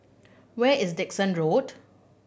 where is Dickson Road